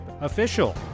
official